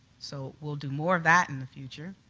so we'll do more of that in the future.